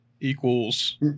equals